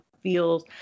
feels